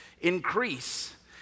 increase